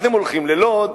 הם הולכים ללוד,